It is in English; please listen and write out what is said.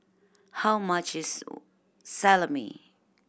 how much is Salami